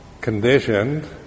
conditioned